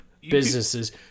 businesses